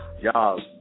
y'all